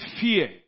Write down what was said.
fear